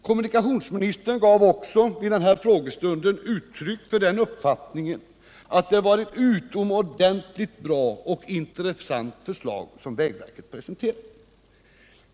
Kommunikationsministern gav vid frågestunden också uttryck för den uppfattningen att det var ett utomordentligt bra och intressant förslag som vägverket presenterat.